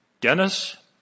Dennis